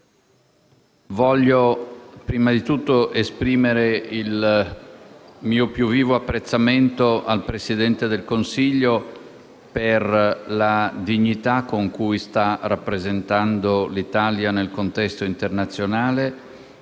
desidero prima di tutto esprimere il mio più vivo apprezzamento a lei, signor Presidente del Consiglio, per la dignità con cui sta rappresentando l'Italia nel contesto internazionale,